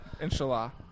Inshallah